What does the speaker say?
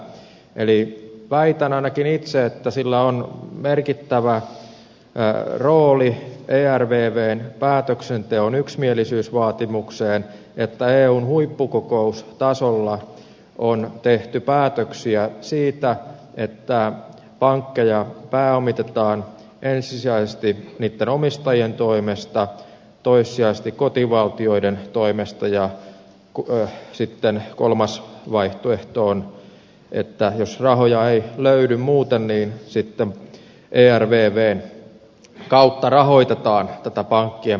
eli väitän ainakin itse että sillä on merkittävä rooli ervvn päätöksenteon yksimielisyysvaatimukseen että eun huippukokoustasolla on tehty päätöksiä siitä että pankkeja pääomitetaan ensisijaisesti niitten omistajien toimesta toissijaisesti kotivaltioiden toimesta ja sitten kolmas vaihtoehto on että jos rahoja ei löydy muuten niin sitten ervvn kautta rahoitetaan tätä pankkien pääomittamista